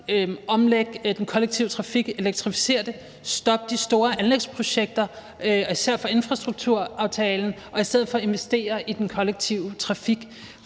omlæg den kollektive trafik, elektrificer det, stop de store anlægsprojekter, især fra infrastrukturaftalen, og invester i stedet i den kollektive trafik.